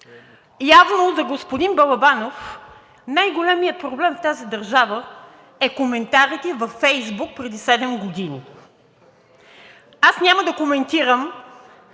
Явно за господин Балабанов най-големият проблем в тази държава са коментарите във Фейсбук преди 7 години. Аз няма да коментирам